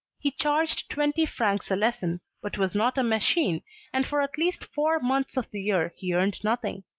he charged twenty francs a lesson, but was not a machine and for at least four months of the year he earned nothing.